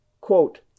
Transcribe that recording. Quote